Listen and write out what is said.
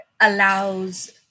allows